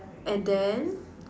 and then